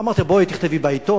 אמרתי לה: בואי תכתבי בעיתון,